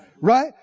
right